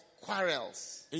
quarrels